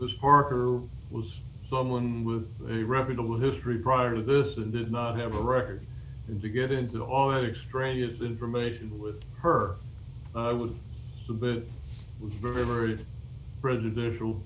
this parker was someone with a reputable history prior to this and did not have a record and to get into all that extraneous information with her i would submit very very prejudicial